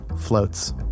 floats